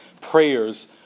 prayers